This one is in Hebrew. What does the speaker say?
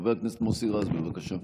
חבר הכנסת מוסי רז, בבקשה.